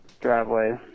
driveway